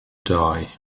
die